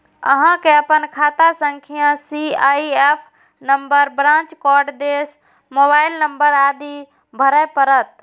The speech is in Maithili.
अहां कें अपन खाता संख्या, सी.आई.एफ नंबर, ब्रांच कोड, देश, मोबाइल नंबर आदि भरय पड़त